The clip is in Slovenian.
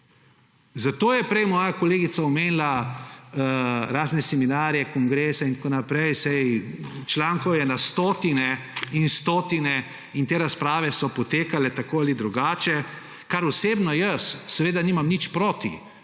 Zato je prej moja kolegica omenila razne seminarje, kongrese in tako naprej. Saj člankov je na stotine in stotine in te razprave so potekale tako ali drugače, proti čemur jaz osebno nimam nič,